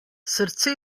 srce